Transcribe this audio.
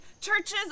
churches